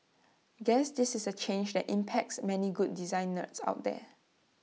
guess this is A change that impacts many good design nerds out there